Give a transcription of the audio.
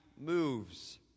moves